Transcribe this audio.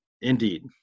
Indeed